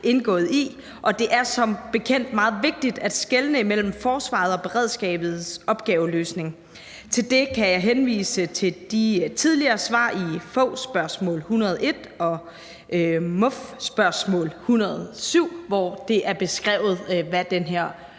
indgået i, og det er som bekendt meget vigtigt at skelne imellem forsvarets og beredskabets opgaveløsning. I forhold til det kan jeg henvise til de tidligere svar i FOU, spørgsmål nr. 101, og MOF, spørgsmål nr. 107, hvor det er beskrevet, hvad den her